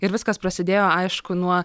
ir viskas prasidėjo aišku nuo